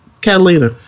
Catalina